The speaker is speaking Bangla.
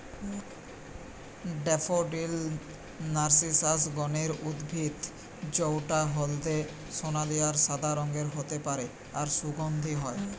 ড্যাফোডিল নার্সিসাস গণের উদ্ভিদ জউটা হলদে সোনালী আর সাদা রঙের হতে পারে আর সুগন্ধি হয়